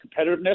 competitiveness